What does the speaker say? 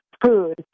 food